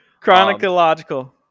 Chronological